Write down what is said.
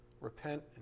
repent